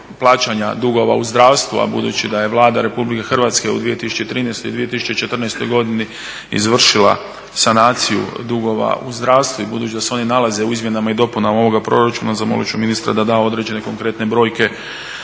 plaćanja dugova u zdravstvu, a budući da je Vlada RH u 2013.i 2014.godini izvršila sanaciju dugova u zdravstvu i budući da se oni nalaze u izmjenama i dopunama ovoga proračuna zamolit ću ministra da da određene konkretne brojke